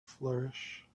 flourish